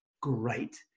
great